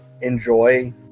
enjoy